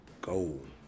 gold